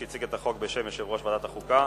שהציג את החוק בשם יושב-ראש ועדת החוקה.